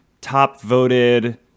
top-voted